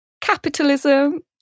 Capitalism